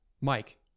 Mike